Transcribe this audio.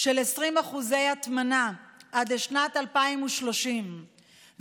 של 20% הטמנה עד שנת 2030,